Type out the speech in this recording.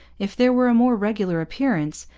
if there were a more regular appearance,